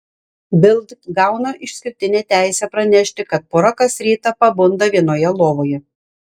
bild gauna išskirtinę teisę pranešti kad pora kas rytą pabunda vienoje lovoje